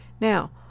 Now